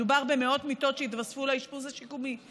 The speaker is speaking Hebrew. מדובר במאות מיטות שהיתוספו לאשפוז השיקומי.